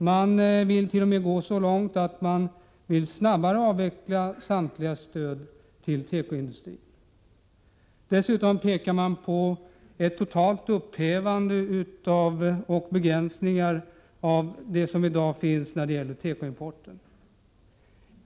Man vill t.o.m. gå så långt att man vill snabbavveckla samtliga stöd till tekoindustrin. Dessutom pekar man på ett totalt upphävande av de begränsningar som i dag finns när det gäller tekoimporten.